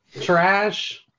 trash